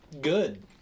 Good